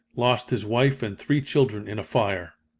lost his wife and three children in a fire.